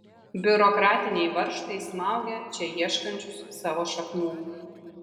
biurokratiniai varžtai smaugia čia ieškančius savo šaknų